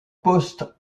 post